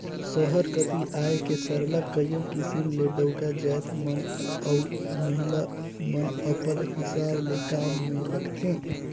सहर कती आए के सरलग कइयो किसिम ले डउका जाएत मन अउ महिला मन अपल हिसाब ले काम में लगथें